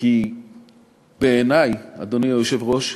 כי בעיני, אדוני היושב-ראש,